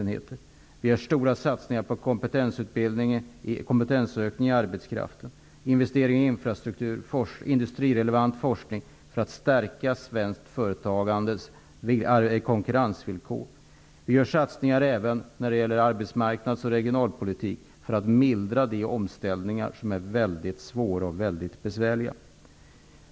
Vi har gjort stora satsningar på kompetensökning hos arbetskraften. Vi har stimulerat investeringar i infrastruktur samt industrirelevant forskning för att stärka de svenska företagens konkurrenskraft. Vi gör även satsningar i fråga om arbetsmarknads och regionalpolitiken för att mildra de omställningar som är väldigt besvärliga.